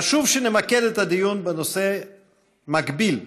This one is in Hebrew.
חשוב שנמקד את הדיון בנושא מקביל,